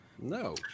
No